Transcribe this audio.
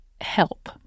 help